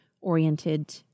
oriented